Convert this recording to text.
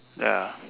ya